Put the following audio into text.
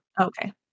okay